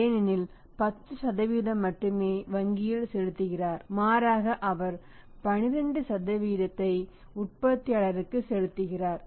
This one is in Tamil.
ஏனெனில் 10 மட்டுமே வங்கியில் செலுத்துகிறார் மாறாக அவர் 12 ஐ உற்பத்தியாளருக்கு செலுத்துகிறார்